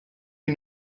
you